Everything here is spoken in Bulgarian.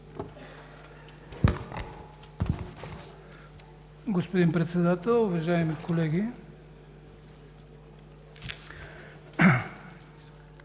господин Председател. Уважаеми колеги,